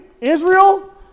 Israel